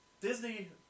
Disney